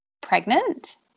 pregnant